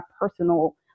personal